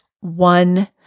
one